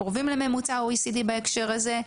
קרובים לממוצע ה-OECD בהקשר הזה.